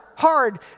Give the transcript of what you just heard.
Hard